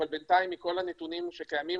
אבל בינתיים מכל הנתונים שקיימים,